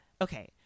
okay